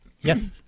Yes